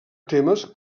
temes